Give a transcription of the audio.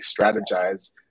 strategize